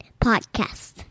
Podcast